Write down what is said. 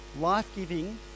life-giving